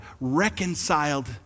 reconciled